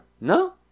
No